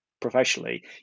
professionally